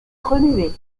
remuer